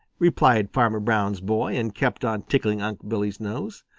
replied farmer brown's boy and kept on tickling unc' billy's nose.